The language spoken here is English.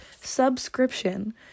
Subscription